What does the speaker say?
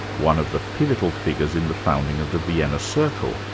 one of the pivotal figures in the founding of the vienna circle,